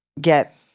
get